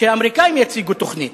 שהאמריקנים יציגו תוכנית.